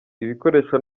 ibikoresho